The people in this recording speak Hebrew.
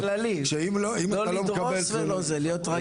אבל בכללי, לא לדרוס להיות רגיש.